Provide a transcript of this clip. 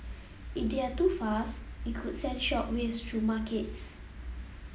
if they're too fast it could send shock waves through markets